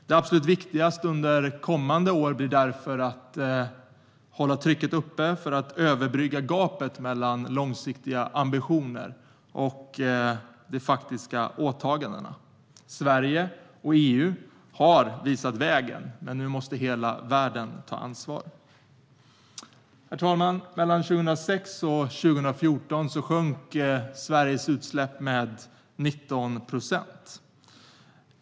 Det absolut viktigaste under kommande år blir därför att hålla trycket uppe för att överbrygga gapet mellan långsiktiga ambitioner och faktiska åtaganden. Sverige och EU har visat vägen, men nu måste hela världen ta ansvar. Herr talman! Mellan 2006 och 2014 sjönk Sveriges utsläpp med 19 procent.